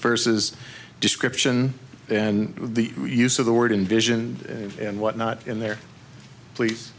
versus description and the use of the word in vision and what not in there please